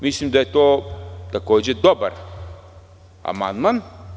Mislim da je to takođe dobar amandman.